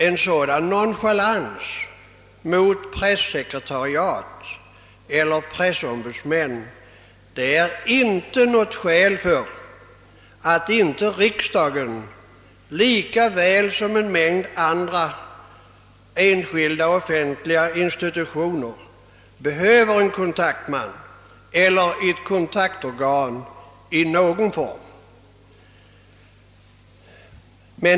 En sådan nonchalans mot pressekretariat eller pressombudsmän är enligt min mening inte något skäl för att inte riksdagen lika väl som en mängd andra enskilda och offentliga institutioner skulle behöva en kontaktman eller ett kontaktorgan i någon form.